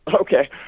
Okay